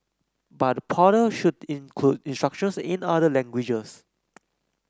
but the portal should include instructions in other languages